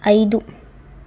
ఐదు